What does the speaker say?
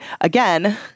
Again